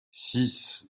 six